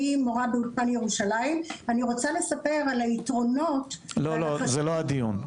אני רוצה לספר על היתרונות --- זה לא הדיון,